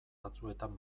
batzuetan